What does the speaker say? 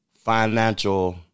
financial